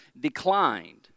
declined